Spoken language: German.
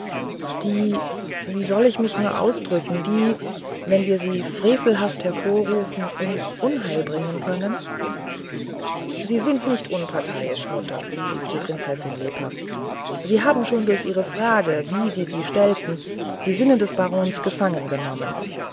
die wie soll ich mich nur ausdrücken die wenn wir sie frevelhaft hervorrufen uns unheil bringen können sie sind nicht unparteiisch mutter rief die prinzessin lebhaft sie haben schon durch ihre frage wie sie sie stellten die sinne des barons gefangen